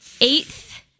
eighth